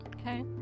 Okay